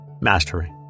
Mastery